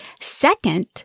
Second